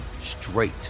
straight